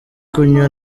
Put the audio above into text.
kunywa